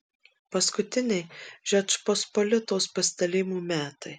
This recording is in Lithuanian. paskutiniai žečpospolitos padalijimų metai